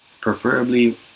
preferably